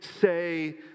say